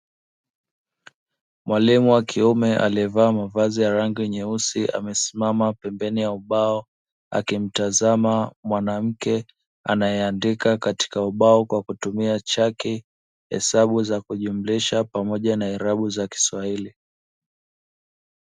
Mwalimu wa kiume aliyevaa mavazi ya rangi nyeusi amesimama pembeni ya ubao akimtazama mwanamke anayeandika katika ubao kwa kutumia chaki, hesabu za kujumlisha pamoja na irabu za kiswahili.